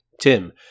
Tim